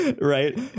Right